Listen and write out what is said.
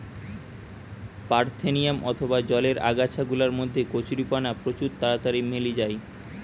parthenium অথবা জলের আগাছা গুলার মধ্যে কচুরিপানা প্রচুর তাড়াতাড়ি মেলি যায়